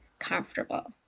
comfortable